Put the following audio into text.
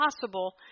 possible